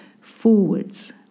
forwards